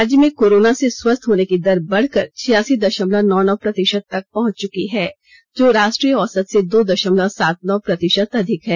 राज्य में कोरोना से स्वस्थ होने की दर बढ़कर छियासी दशमलव नौ नौ प्रतिशत तक पहुंच चुकी है जो राष्ट्रीय औसत से दो दशमलव सात नौ प्रतिशत अधिक है